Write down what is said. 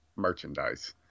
merchandise